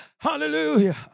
Hallelujah